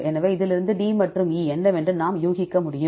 எனவே இதிலிருந்து D மற்றும் E என்னவென்று நாம் ஊகிக்க முடியும்